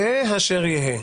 יהא אשר יהא,